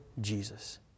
Jesus